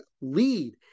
lead